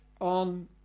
on